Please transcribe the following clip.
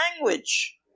language